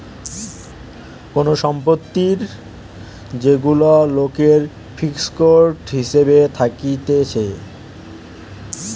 কোন সম্পত্তি যেগুলা লোকের ফিক্সড হিসাবে থাকতিছে